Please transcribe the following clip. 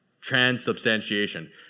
Transubstantiation